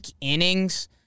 innings